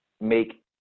make